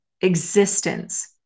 existence